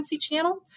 channel